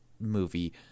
movie